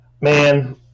Man